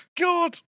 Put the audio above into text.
God